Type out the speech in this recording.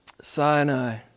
Sinai